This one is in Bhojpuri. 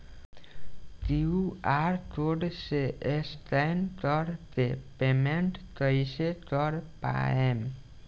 क्यू.आर कोड से स्कैन कर के पेमेंट कइसे कर पाएम?